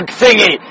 thingy